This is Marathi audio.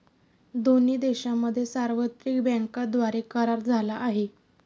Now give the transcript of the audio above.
दोन्ही देशांमध्ये सार्वत्रिक बँकांद्वारे करार झाला आहे